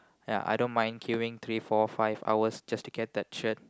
ya I don't mind queueing three four five hours just to get that shirt